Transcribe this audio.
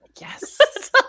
Yes